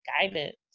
guidance